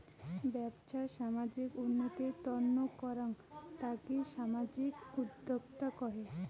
বেপছা সামাজিক উন্নতির তন্ন করাঙ তাকি সামাজিক উদ্যক্তা কহে